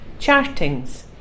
Chartings